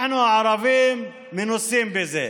אנחנו, הערבים, מנוסים בזה.